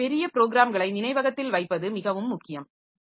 எனவே பெரிய ப்ரோகிராம்களை நினைவகத்தில் வைப்பது மிகவும் முக்கியம்